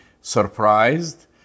surprised